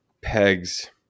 pegs